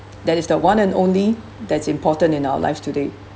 that is the one and only that's important in our lives today